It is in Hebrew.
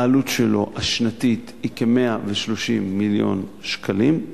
העלות השנתית שלו היא כ-130 מיליון שקלים,